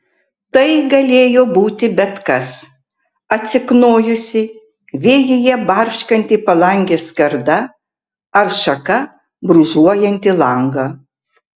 tai galėjo būti bet kas atsiknojusi vėjyje barškanti palangės skarda ar šaka brūžuojanti langą